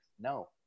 no